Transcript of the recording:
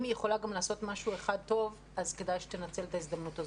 אם היא יכולה גם לעשות משהו אחד טוב אז כדאי שתנצל את ההזדמנות הזאת.